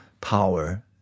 power